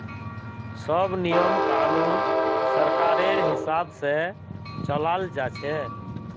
सब नियम कानून सरकारेर हिसाब से चलाल जा छे